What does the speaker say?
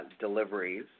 deliveries